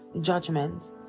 judgment